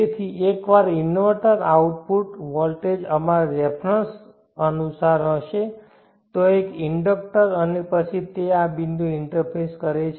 તેથી એકવાર inverter output voltage અમારા રેફરન્સઅનુસારહશે ત્યાં એક ઇન્ડક્ટર છે અને તે પછી આ બિંદુએ ઇન્ટરફેસ કરે છે